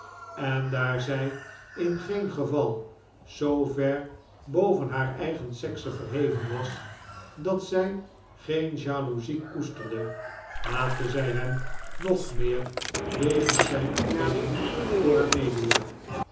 en daar zij in geen geval zoo ver boven haar eigen sekse verheven was dat zij geen jaloezie koesterde haatte zij hem nog meer wegens zijn aanbidding voor amelia